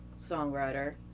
songwriter